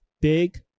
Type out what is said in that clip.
big